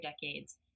decades